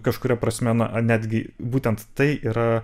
kažkuria prasme na netgi būtent tai yra